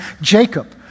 Jacob